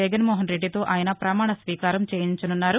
జగన్టోహన్ రెడ్డితో ఆయన ప్రమాణస్వీకారం చేయించనున్నారు